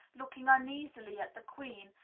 looking uneasily at the queen,